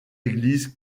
églises